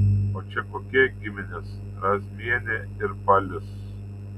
o čia kokie giminės razmienė ir palis